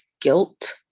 guilt